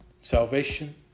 Salvation